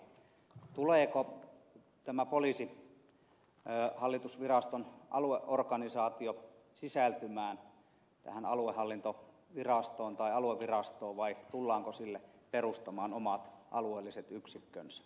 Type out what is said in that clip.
tuleeko tämä poliisihallitusviraston alueorganisaatio sisältymään tähän aluehallintovirastoon tai aluevirastoon vai tullaanko sille perustamaan omat alueelliset yksikkönsä